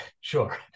sure